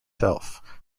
self